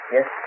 Yes